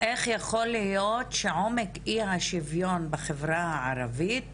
איך יכול להיות שעומק אי השוויון בחברה הערבית